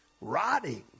rotting